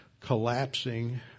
collapsing